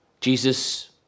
Jesus